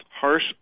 harsh